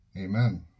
Amen